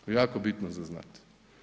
To je jako bitno za znati.